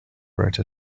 wrote